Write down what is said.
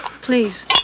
please